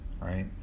right